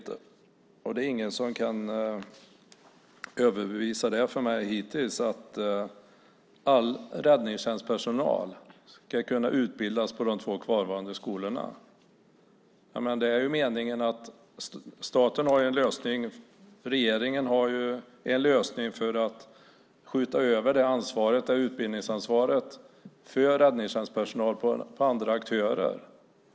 Det är hittills ingen som har bevisat för mig att all räddningstjänstpersonal ska kunna utbildas på de två kvarvarande skolorna. Regeringen har en lösning för att skjuta över utbildningsansvaret för räddningstjänstpersonal på andra aktörer.